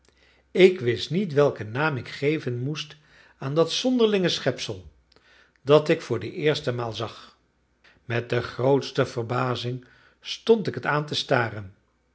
ik wist niet welken naam ik geven moest aan dat zonderlinge schepsel dat ik voor de eerste maal zag met de grootste verbazing stond ik het aan te staren